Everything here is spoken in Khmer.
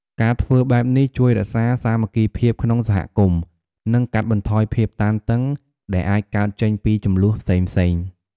ការធ្វើបែបនេះជួយរក្សាសាមគ្គីភាពក្នុងសហគមន៍ និងកាត់បន្ថយភាពតានតឹង ដែលអាចកើតចេញពីជម្លោះផ្សេងៗ។